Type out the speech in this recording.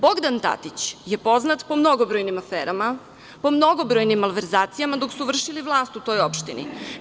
Bogdan Tatić je poznat po mnogobrojnim aferama, po mnogobrojnim malverzacijama dok su vršili vlast u toj opštini.